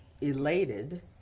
elated